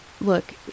look